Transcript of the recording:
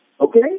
Okay